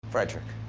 fredrik.